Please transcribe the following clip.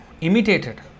imitated